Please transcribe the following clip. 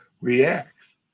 reacts